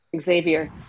Xavier